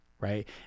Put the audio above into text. right